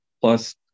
plus